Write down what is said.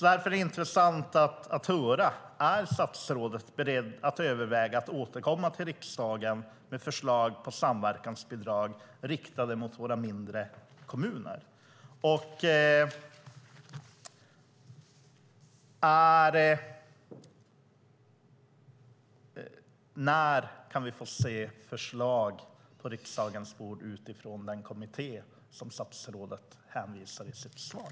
Därför är det intressant att höra om statsrådet är beredd att överväga att återkomma till riksdagen med förslag om samverkansbidrag riktade mot våra mindre kommuner. Och när kan vi få se förslag på riksdagens bord utifrån den kommitté som statsrådet hänvisar till i sitt svar?